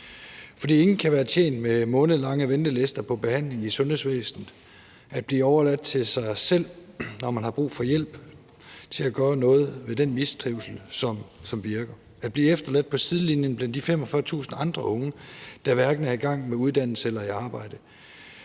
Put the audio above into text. Ingen kan være tjent med månedlange ventelister på behandling i sundhedsvæsenet og at blive overladt til sig selv, når man har brug for hjælp, som virker, til at gøre noget ved den mistrivsel; at blive efterladt på sidelinjen blandt de 45.000 andre unge, der hverken er i gang med uddannelse eller i arbejde;